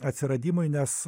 atsiradimui nes